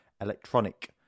electronic